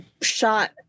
shot